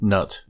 Nut